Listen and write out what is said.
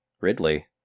Ridley